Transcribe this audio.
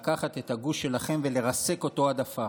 לקחת את הגוש שלכם ולרסק אותו עד עפר.